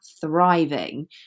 thriving